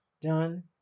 Done